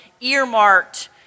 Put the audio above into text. earmarked